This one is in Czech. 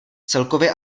celkově